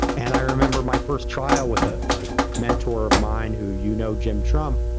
and i remember my first trial with ah a mentor of mine who you know, jim trump.